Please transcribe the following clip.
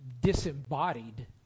disembodied